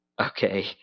okay